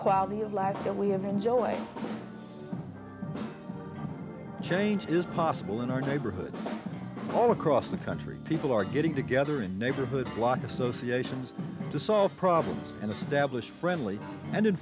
quality of life that we have enjoyed change is possible in our neighborhood all across the country people are getting together in neighborhood block associations to solve problems and establish friendly and